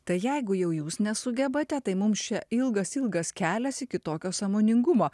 tai jeigu jau jūs nesugebate tai mums čia ilgas ilgas kelias iki tokio sąmoningumo